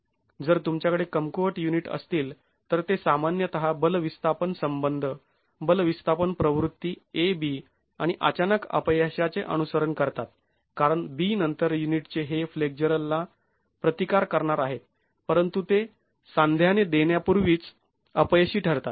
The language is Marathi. जर तुमच्याकडे कमकुवत युनिट असतील तर ते सामान्यतः बल विस्थापन संबंध बल विस्थापन प्रवृत्ती ab आणि अचानक अपयशाचे अनुसरण करतात कारण b नंतर युनिट हे फ्लेक्झरला प्रतिकार करणार आहे परंतु ते सांध्याने देण्यापूर्वीच अपयशी ठरतात